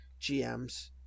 GMs